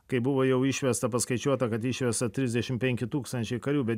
kai buvo jau išvesta paskaičiuota kad išvesta trisdešimt penki tūkstančiai karių bet